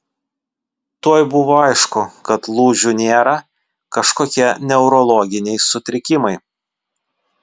tuoj buvo aišku kad lūžių nėra kažkokie neurologiniai sutrikimai